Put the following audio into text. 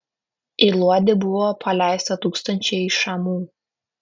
į luodį buvo paleista tūkstančiai šamų